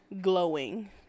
glowing